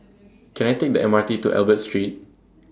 Can I Take The M R T to Albert Street